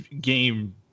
game